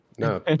No